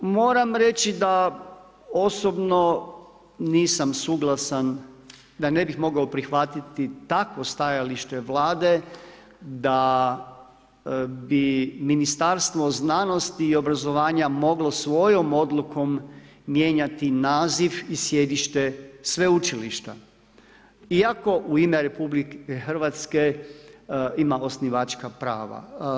Moram reći da osobno nisam suglasan da ne bih mogao prihvatiti takvo stajalište Vlade da bi Ministarstvo znanosti i obrazovanja moglo svojom odlukom mijenjati naziv i sjedište sveučilišta iako u ime RH ima osnivačka prava.